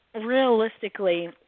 realistically